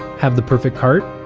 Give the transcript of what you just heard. have the perfect cart?